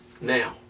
now